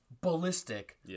ballistic